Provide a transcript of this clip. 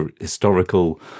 historical